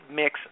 mix